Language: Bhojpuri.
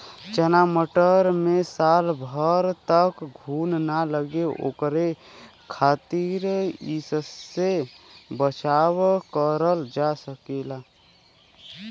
चना मटर मे साल भर तक घून ना लगे ओकरे खातीर कइसे बचाव करल जा सकेला?